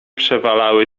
przewalały